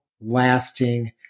lasting